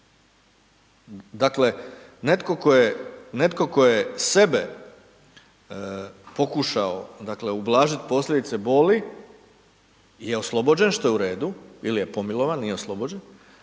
Dakle, netko tko je sebe pokušao, dakle, ublažit posljedice boli je oslobođen, što je u redu ili je pomilovan, nije oslobođen,